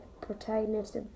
protagonist